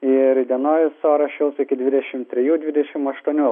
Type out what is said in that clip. ir įdienojus oras šils iki dvidešim trijų dvidešim aštuonių